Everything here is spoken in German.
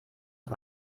auf